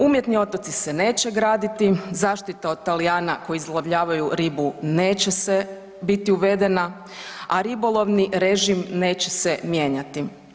Umjetni otoci se neće graditi, zaštita od Talijana koji izlovljavaju ribu neće biti uvedena, a ribolovni režim neće se mijenjati.